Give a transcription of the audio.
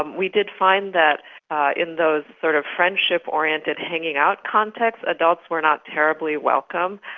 um we did find that in those sort of friendship oriented hanging out contexts, adults were not terribly welcome.